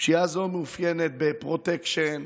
פשיעה זו מתאפיינת בפרוטקשן,